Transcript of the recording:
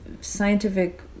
scientific